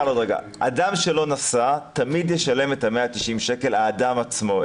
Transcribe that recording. אדם שלא נסע תמיד ישלם 190 שקל, האדם עצמו.